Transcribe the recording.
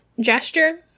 gesture